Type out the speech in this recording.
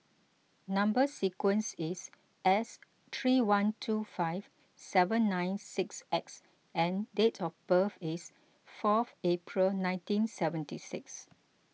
Number Sequence is S three one two five seven nine six X and date of birth is fourth April nineteen seventy six